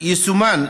יישומון,